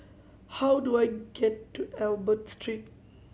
how do I get to Albert Street